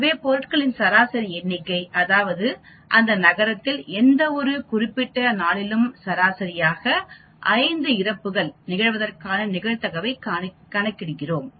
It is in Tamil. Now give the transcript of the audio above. எனவே பொருட்களின் சராசரி எண்ணிக்கை அதாவது அந்த நகரத்தில் எந்தவொரு குறிப்பிட்ட நாளிலும் சராசரியாக 5 இறப்புகள் நிகழ்வதற்கான நிகழ்தகவைக் கணக்கிடுகிறோம்